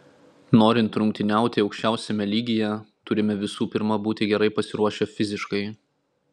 norint rungtyniauti aukščiausiame lygyje turime visų pirma būti gerai pasiruošę fiziškai